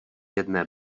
jedné